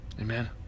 Amen